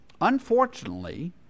unfortunately